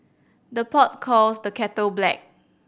the pot calls the kettle black